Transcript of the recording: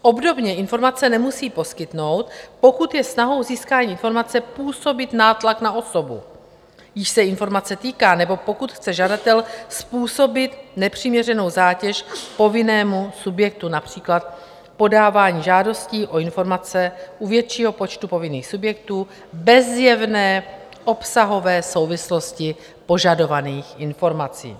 Obdobně informace nemusí poskytnout, pokud je snahou pro získání informace působit nátlak na osobu, jíž se informace týká, nebo pokud chce žadatel způsobit nepřiměřenou zátěž povinnému subjektu, například podávání žádostí o informace u většího počtu povinných subjektů bez zjevné obsahové souvislosti požadovaných informací.